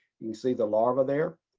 you can see the larva there.